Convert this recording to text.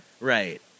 Right